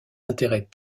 intérêts